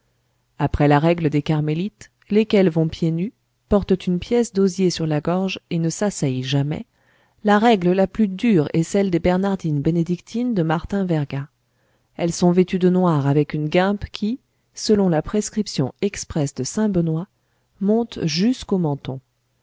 après la règle des carmélites lesquelles vont pieds nus portent une pièce d'osier sur la gorge et ne s'asseyent jamais la règle la plus dure est celle des bernardines bénédictines de martin verga elles sont vêtues de noir avec une guimpe qui selon la prescription expresse de saint benoît monte jusqu'au menton